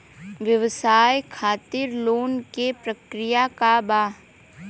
व्यवसाय खातीर लोन के प्रक्रिया का बा?